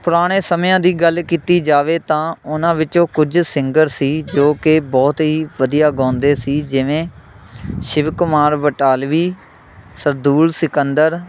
ਪੁਰਾਣੇ ਸਮਿਆਂ ਦੀ ਗੱਲ ਕੀਤੀ ਜਾਵੇ ਤਾਂ ਉਹਨਾਂ ਵਿੱਚੋਂ ਕੁਝ ਸਿੰਗਰ ਸੀ ਜੋ ਕਿ ਬਹੁਤ ਹੀ ਵਧੀਆ ਗਾਉਂਦੇ ਸੀ ਜਿਵੇਂ ਸ਼ਿਵ ਕੁਮਾਰ ਬਟਾਲਵੀ ਸਰਦੂਲ ਸਿਕੰਦਰ